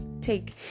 take